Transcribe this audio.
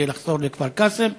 כדי לחזור לכפר-קאסם,